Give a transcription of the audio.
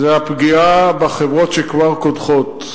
זה הפגיעה בחברות שכבר קודחות.